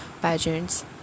pageants